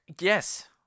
Yes